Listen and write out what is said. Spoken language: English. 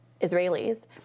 Israelis